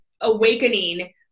awakening